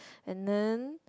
and then